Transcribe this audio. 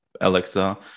Alexa